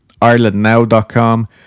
irelandnow.com